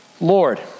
Lord